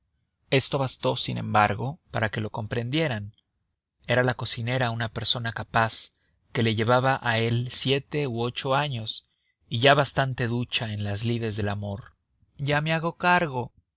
esto bastó sin embargo para que lo comprendieran era la cocinera una persona capaz que le llevaba a él siete u ocho años y ya bastante ducha en las lides del amor ya me hago